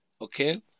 okay